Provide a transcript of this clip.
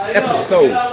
episode